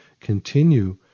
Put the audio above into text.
continue